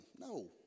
No